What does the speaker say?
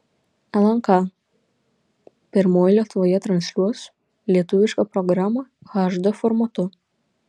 lnk pirmoji lietuvoje transliuos lietuvišką programą hd formatu